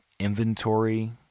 inventory